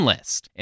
list